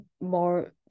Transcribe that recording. more